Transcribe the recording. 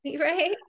Right